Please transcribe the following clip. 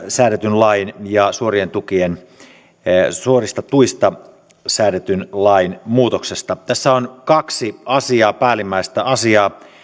säädetyn lain ja suorista tuista säädetyn lain muutos tässä on kaksi päällimmäistä asiaa